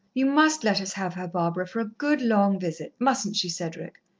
you must let us have her, barbara, for a good long visit. mustn't she, cedric?